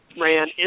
ran